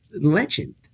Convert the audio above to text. legend